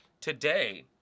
today